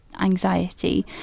anxiety